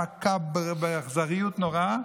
מכה באכזריות נוראה,